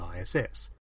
ISS